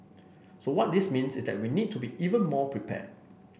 so what this means is that we need to be even more prepared